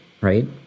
Right